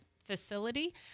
facility